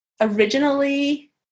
originally